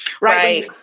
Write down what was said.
right